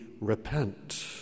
repent